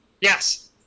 Yes